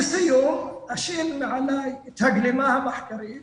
לסיום אשיל מעליי את הגלימה המחקרית